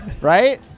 right